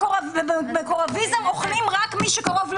ובשלטון מקורבים אוכל רק מי שקרוב לעוגה,